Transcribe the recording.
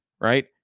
right